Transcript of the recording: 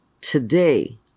Today